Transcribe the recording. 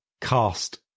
cast